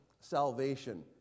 salvation